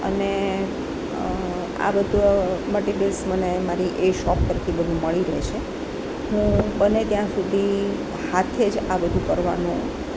અને આ બધો મટીરિયલ્સ મને મારી એ શોપ પરથી બધું મળી રહે છે હું બને ત્યાં સુધી હાથે જ આ બધું કરવાનું